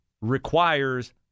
requires